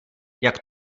jak